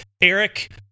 Eric